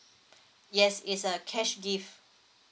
yes it's a cash gift